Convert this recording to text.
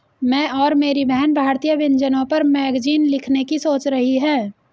मैं और मेरी बहन भारतीय व्यंजनों पर मैगजीन लिखने की सोच रही है